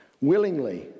willingly